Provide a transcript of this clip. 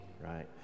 right